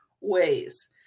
ways